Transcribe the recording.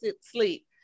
sleep